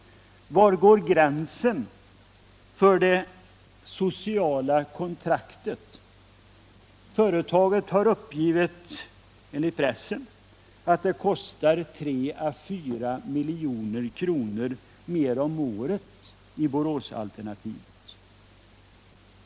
Var går gränsen för det sociala kontraktet? Företaget har enligt pressen uppgivit att det kostar 3-4 milj.kr. mer i Boråsalternativet.